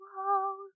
whoa